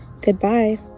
Goodbye